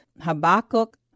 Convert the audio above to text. Habakkuk